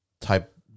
type